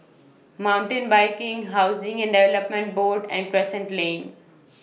Mountain Biking Housing and Development Board and Crescent Lane